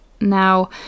Now